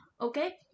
Okay